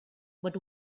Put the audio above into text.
but